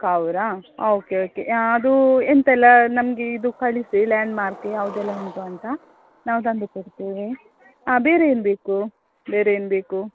ಕಾವೂರಾ okay okay ಅದು ಎಂತ ಎಲ್ಲ ನಮಗೆ ಇದು ಕಳಿಸಿ ಲ್ಯಾಂಡ್ಮಾರ್ಕ್ ಯಾವುದೆಲ್ಲ ಉಂಟು ಅಂತ ನಾವು ತಂದುಕೊಡ್ತೇವೆ ಬೇರೆ ಏನು ಬೇಕು ಬೇರೆ ಏನು ಬೇಕು